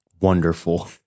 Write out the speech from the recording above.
wonderful